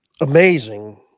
amazing